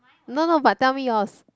no no but tell me yours